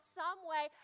someway